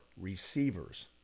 receivers